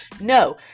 No